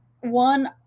one